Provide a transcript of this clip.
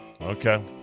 Okay